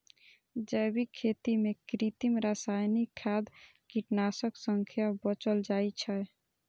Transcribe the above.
जैविक खेती मे कृत्रिम, रासायनिक खाद, कीटनाशक सं बचल जाइ छै